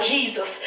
Jesus